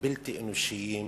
הבלתי אנושיים,